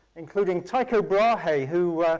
including tycho brahe, who,